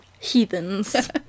heathens